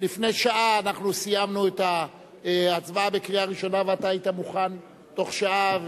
לפני שעה סיימנו את ההצבעה בקריאה ראשונה ואתה היית מוכן תוך שעה,